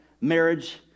marriage